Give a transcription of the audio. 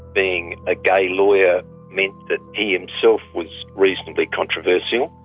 being a gay lawyer meant that he himself was reasonably controversial.